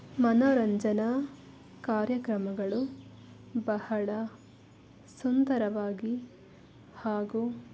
ಮನೋರಂಜನಾ ಕಾರ್ಯಕ್ರಮಗಳು ಬಹಳ ಸುಂದರವಾಗಿ ಹಾಗೂ